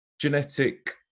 genetic